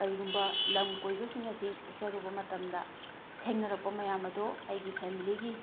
ꯀꯔꯤꯒꯨꯝꯕ ꯂꯝ ꯀꯣꯏꯕꯁꯤꯡ ꯑꯁꯤ ꯆꯠꯆꯔꯨꯕ ꯃꯇꯝꯗ ꯊꯦꯡꯅꯔꯛꯄ ꯃꯌꯥꯝ ꯑꯗꯣ ꯑꯩꯒꯤ ꯐꯦꯃꯂꯤꯒꯤ